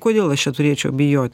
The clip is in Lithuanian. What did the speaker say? kodėl aš turėčiau bijo